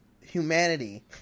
humanity